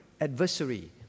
adversary